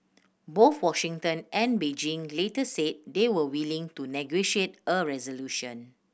both Washington and Beijing later said they were willing to negotiate a resolution